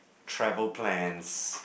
travel plans